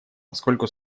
поскольку